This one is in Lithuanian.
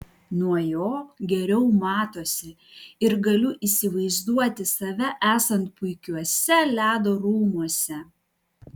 nuo jo geriau matosi ir galiu įsivaizduoti save esant puikiuose ledo rūmuose